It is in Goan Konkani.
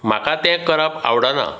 म्हाका तें करप आवडना